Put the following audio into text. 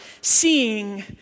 seeing